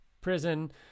prison